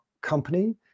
company